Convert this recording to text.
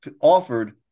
offered